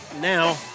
now